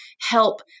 help